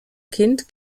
kind